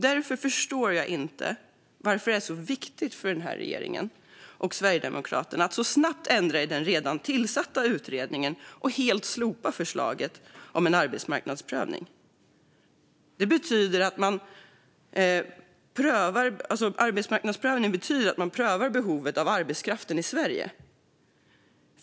Därför förstår jag inte varför det är så viktigt för den här regeringen och Sverigedemokraterna att så snabbt ändra i den redan tillsatta utredningen och helt slopa förslaget om en arbetsmarknadsprövning. Arbetsmarknadsprövning betyder att man prövar behovet av arbetskraft i Sverige.